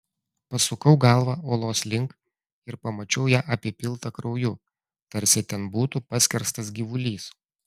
pasukau galvą uolos link ir pamačiau ją apipiltą krauju tarsi ten būtų paskerstas gyvulys